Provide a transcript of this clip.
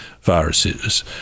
viruses